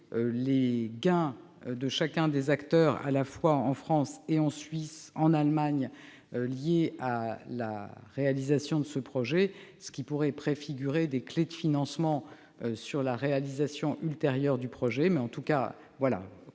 les gains de chacun des acteurs, à la fois en France, en Suisse et en Allemagne, liés à la réalisation de ce projet, ce qui pourrait préfigurer des clés de financement pour la réalisation ultérieure du projet.